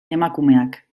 emakumeak